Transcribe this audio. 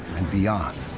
and beyond.